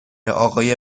آقای